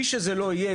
מי שזה לא יהיה,